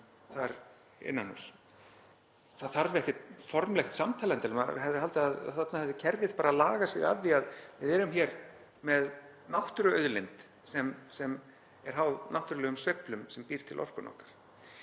þar innan húss. Það þarf ekkert endilega formlegt samtal. Maður hefði haldið að þarna hefði kerfið bara lagað sig að því að við erum hér með náttúruauðlind sem er háð náttúrulegum sveiflum sem býr til orkuna okkar.